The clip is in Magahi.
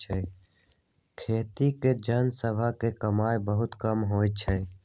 खेती के जन सभ के कमाइ बहुते कम होइ छइ